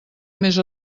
més